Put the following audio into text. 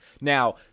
Now